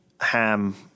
ham